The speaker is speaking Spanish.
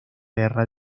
guerra